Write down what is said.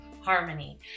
harmony